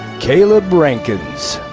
calieb rankins.